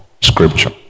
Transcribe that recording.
Scripture